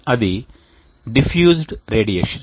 అది విస్తరించిన రేడియేషన్